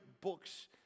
books